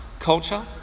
culture